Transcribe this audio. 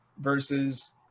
versus